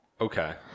Okay